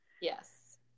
yes